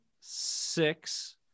six